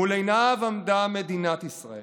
מול עיניו עמדה מדינת ישראל,